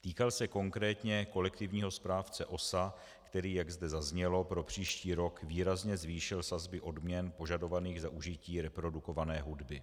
Týkal se konkrétně kolektivního správce OSA, který, jak zde zaznělo, pro příští rok výrazně zvýšil sazby odměn požadovaných za užití reprodukované hudby.